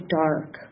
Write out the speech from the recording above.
dark